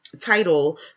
title